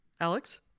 Alex